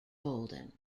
bolden